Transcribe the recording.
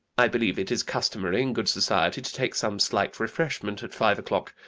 i believe it is customary in good society to take some slight refreshment at five o'clock.